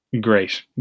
Great